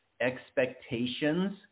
expectations